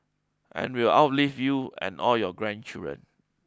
and will outlive you and all your grandchildren